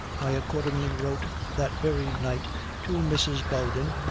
i accordingly wrote that very night to mrs. bowden,